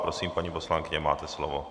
Prosím, paní poslankyně, máte slovo.